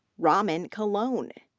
raman kahlon,